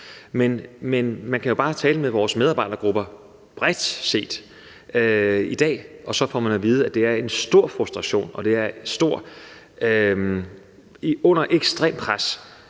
Men man kan jo bare tale med vores medarbejdergrupper bredt set i dag, og så får man at vide, at det giver stor frustration, og at det foregår under et ekstremt pres,